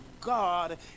God